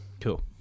Cool